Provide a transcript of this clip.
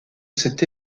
cet